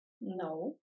no